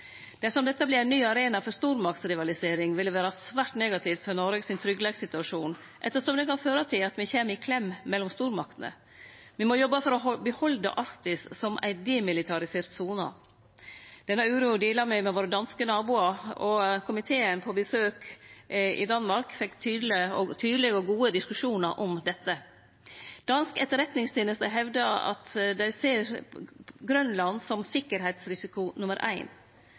Dersom dette vert ein ny arena for stormaktsrivalisering, vil det vere svært negativt for tryggleiksituasjonen vår, ettersom det kan føre til at me kjem i klem mellom stormaktene. Me må jobbe for å behalde Arktis som ei demilitarisert sone. Denne uroa deler me med våre danske naboar, og då komiteen var på besøk i Danmark, fekk me tydelege og gode diskusjonar om dette. Dansk etterretningsteneste hevda at dei ser Grønland som tryggleiksrisiko nummer